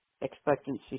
expectancy